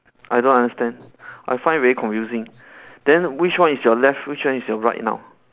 I don't understand I find very confusing then which one is your left which one is your right now